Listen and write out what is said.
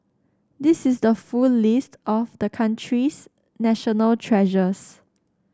this is the full list of the country's national treasures